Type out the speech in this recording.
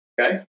Okay